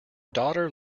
daughter